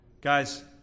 Guys